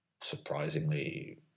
surprisingly